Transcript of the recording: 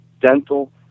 dental